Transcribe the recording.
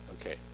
okay